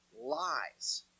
lies